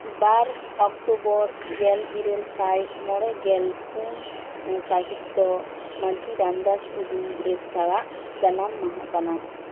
ᱵᱟᱨ October ᱜᱮᱞ ᱤᱨᱟᱹᱞ ᱥᱟᱞ ᱢᱚᱬᱮ ᱜᱮᱞ ᱯᱩᱱ ᱥᱟᱹᱦᱤᱛ ᱛᱚ ᱢᱟᱹᱡᱷᱤ ᱨᱟᱢᱫᱟᱥ ᱴᱩᱰᱩ ᱨᱮᱥᱠᱟᱣᱟᱜ ᱡᱟᱱᱟᱢ ᱢᱟᱦᱟ ᱠᱟᱱᱟ